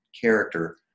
character